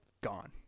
gone